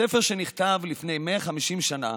הספר, שנכתב לפני 150 שנה,